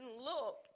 look